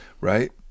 right